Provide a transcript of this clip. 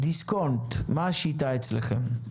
דיסקונט, מה השיטה אצלכם?